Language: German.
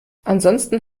ansonsten